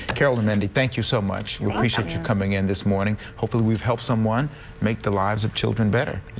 carol and mandi, thank you so much. we appreciate you coming in this morning. hopefully we've helped someone make the lives of children better,